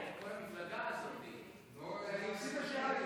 הסתייגות 41 לא נתקבלה.